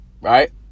right